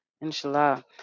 inshallah